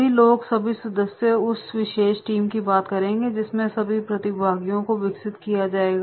सभी लोग सभी सदस्य उस विशेष टीम की बात करेंगे जिसमें सभी प्रतिभागियों को विकसित किया जाएगा